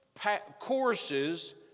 courses